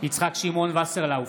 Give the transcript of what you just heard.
יצחק שמעון וסרלאוף,